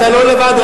אתה לא לבד,